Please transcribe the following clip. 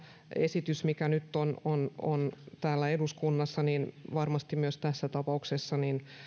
esitys mikä nyt on on täällä eduskunnassa varmasti tässä tapauksessa